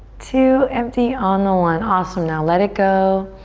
two, empty on the one. awesome, now let it go.